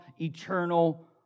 eternal